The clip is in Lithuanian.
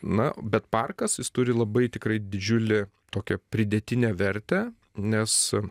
na bet parkas jis turi labai tikrai didžiulį tokią pridėtinę vertę nes